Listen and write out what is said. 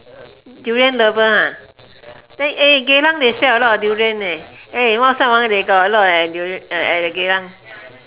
durian lover ah then eh Geylang they sell a lot of durian leh ah they got a lot at the Geylang